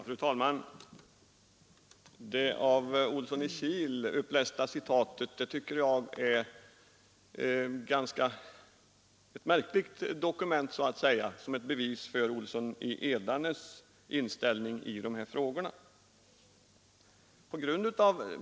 Fru talman! Det av herr Olsson i Kil upplästa citatet är ett märkligt dokument som bevis för herr Olssons i Edane inställning till dessa frågor.